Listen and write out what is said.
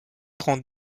prend